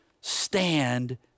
Stand